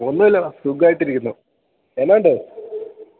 ഒന്നുമില്ലടാ സുഖമായിട്ടിരിക്കുന്നു എന്തുണ്ട്